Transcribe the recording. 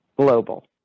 global